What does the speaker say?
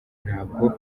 ntabwo